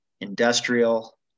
industrial